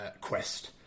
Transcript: quest